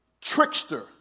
trickster